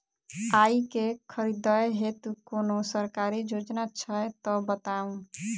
आइ केँ खरीदै हेतु कोनो सरकारी योजना छै तऽ बताउ?